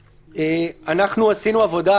אנחנו עשינו עבודה.